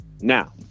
Now